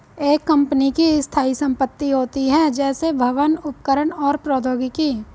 एक कंपनी की स्थायी संपत्ति होती हैं, जैसे भवन, उपकरण और प्रौद्योगिकी